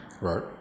Right